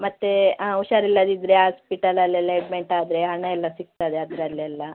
ಮತ್ತು ಆಂ ಹುಷಾರಿಲ್ಲದಿದ್ದರೆ ಹಾಸ್ಪಿಟಲೆಲ್ಲ ಅಡ್ಮಿಟ್ ಆದರೆ ಹಣಯೆಲ್ಲ ಸಿಗ್ತದೆ ಅದರಲ್ಲೆಲ್ಲ